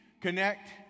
connect